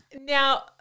Now